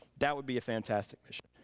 that would be a fantastic mission.